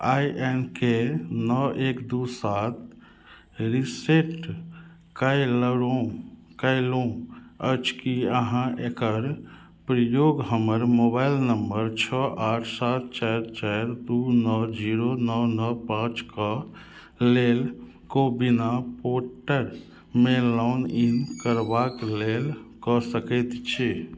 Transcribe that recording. आइ N K नओ एक दू सात रिसेट कयलहुॅं अछि की अहाँ एकर प्रयोग हमर मोबाइल नंबर छओ आठ सात चारि चारि दू नओ जीरो नओ नओ पाँचके लेल को बिन पोर्टलमे लॉग इन करबाक लेल कऽ सकैत छी